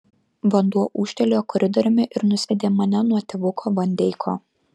vanduo ūžtelėjo koridoriumi ir nusviedė mane nuo tėvuko van deiko